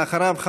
ואחריו,